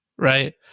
Right